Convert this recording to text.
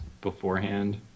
beforehand